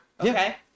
Okay